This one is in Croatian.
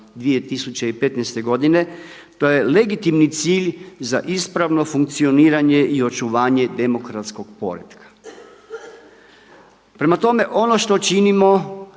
2015. godine to je legitimni cilj za ispravno funkcioniranje i očuvanje demokratskog poretka. Prema tome ono što činimo